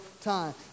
time